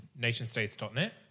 nationstates.net